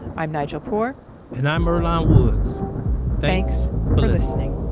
i'm nigel poor and i'm earlonne woods thanks for listening